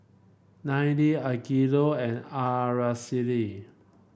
Ninnie Angelo and Araceli